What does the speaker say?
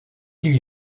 lui